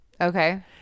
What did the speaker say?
Okay